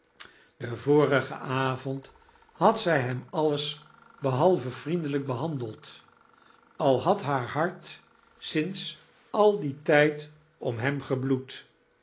den vorigen avond had zy hem alles behalve vriendelyk behandeld al had haar hart sinds al dien tyd om hem gebloed